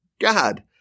God